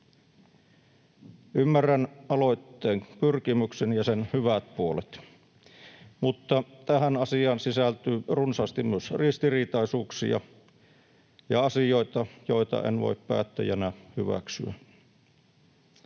Ymmärrän aloitteen pyrkimyksen ja sen hyvät puolet, mutta tähän asiaan sisältyy runsaasti myös ristiriitaisuuksia ja asioita, joita en voi päättäjänä hyväksyä.